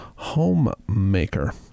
Homemaker